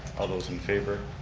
all those in favor?